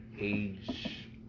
age